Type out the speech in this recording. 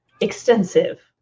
extensive